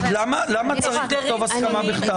גברתי, למה צריך לכתוב "הסכמה בכתב"?